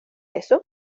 eso